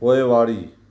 पोइवारी